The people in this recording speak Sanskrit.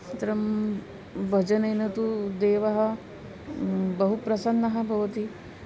अत्र भजनेन तु देवः बहु प्रसन्नः भवति